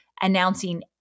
announcing